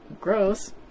gross